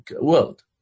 world